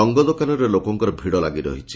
ରଙ୍ଗ ଦୋକାନରେ ଲୋକଙ୍କର ଭିଡ଼ ଲାଗି ରହିଛି